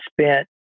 spent